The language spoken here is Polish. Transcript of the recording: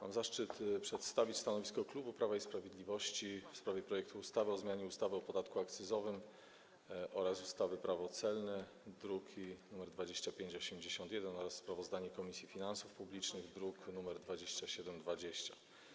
Mam zaszczyt przedstawić stanowisko klubu Prawa i Sprawiedliwości w sprawie ustawy o zmianie ustawy o podatku akcyzowym oraz ustawy Prawo celne, druk nr 2581, oraz sprawozdania Komisji Finansów Publicznych, druk nr 2720.